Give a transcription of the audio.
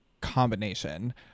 combination